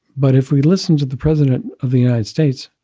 but if we listen to the president of the united states,